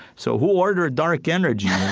so who ordered dark energy? i